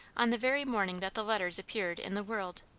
on the very morning that the letters appeared in the world.